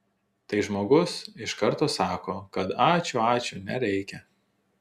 tai žmogus iš karto sako kad ačiū ačiū nereikia